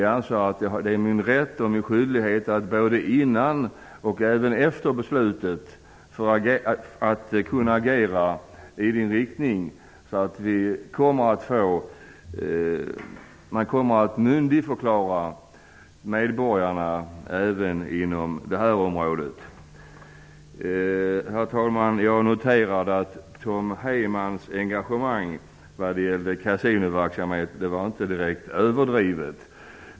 Jag anser dock att det är min rätt och min skyldighet att både innan och efter beslutet agera med inriktning på att man kommer att myndigförklara medborgarna även inom det här området. Herr talman! Jag noterade att Tom Heymans engagemang för kasinoverksamhet inte var direkt överdrivet.